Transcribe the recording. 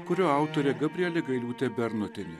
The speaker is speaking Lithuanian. kurio autorė gabrielė gailiūtė bernotienė